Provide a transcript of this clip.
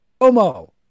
Omo